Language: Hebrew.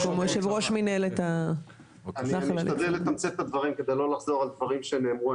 לקצר את הדברים, כדי לא לחזור על דברים שנאמרו.